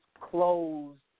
closed